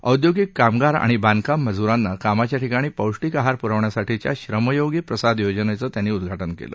औद्योगिक कामगार आणि बांधकाम मजुरांना कामाच्या ठिकाणी पौष्टिक आहार पुरवण्यासाठीच्या श्रमयोगी प्रसाद योजनेचं त्यांनी उद्घाटन केलं